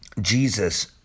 Jesus